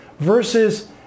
versus